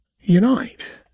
Unite